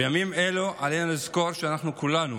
בימים אלו עלינו לזכור שאנחנו כולנו,